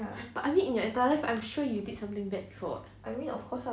but I mean in your entire life I'm sure you did something bad before [what]